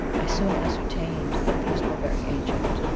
i soon ascertained that these were very ancient.